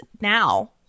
now